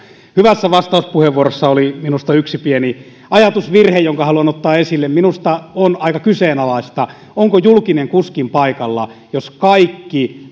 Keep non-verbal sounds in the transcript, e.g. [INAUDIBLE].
hyvässä vastauspuheenvuorossa oli minusta yksi pieni ajatusvirhe jonka haluan ottaa esille minusta on aika kyseenalaista onko julkinen kuskin paikalla jos kaikki [UNINTELLIGIBLE]